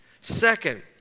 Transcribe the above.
Second